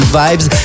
vibes